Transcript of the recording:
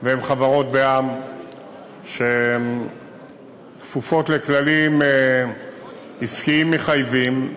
והן חברות בע"מ שהן כפופות לכללים עסקיים מחייבים.